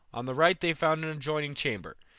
on the right they found an adjoining chamber,